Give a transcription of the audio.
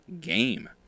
game